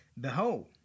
Behold